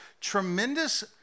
tremendous